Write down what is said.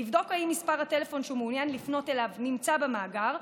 לבדוק אם מספר הטלפון שהוא מעוניין לפנות אליו נמצא במאגר,